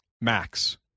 max